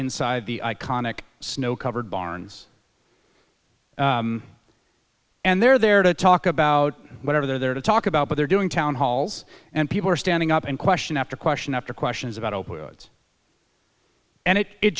inside the iconic snow covered barns and they're there to talk about whatever they're there to talk about but they're doing town halls and people are standing up and question after question after questions about